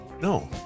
No